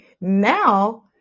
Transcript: now